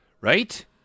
right